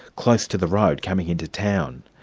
close to the road coming into town.